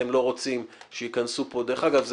דרך אגב,